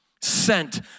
sent